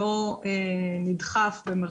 לא "נדחוף"